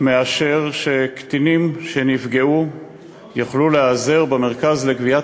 מאשר שקטינים שנפגעו יוכלו להיעזר במרכז לגביית